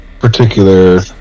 particular